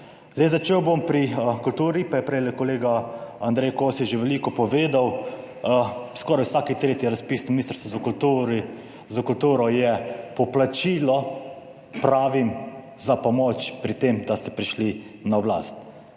Zdaj, začel bom pri kulturi, pa je prej kolega Andrej Kosi je že veliko povedal, skoraj vsak tretji razpis na Ministrstvu za kulturo, za kulturo je poplačilo, pravim, za pomoč pri tem, da ste prišli na oblast